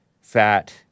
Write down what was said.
fat